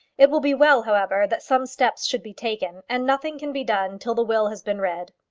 it will be well, however, that some steps should be taken, and nothing can be done till the will has been read.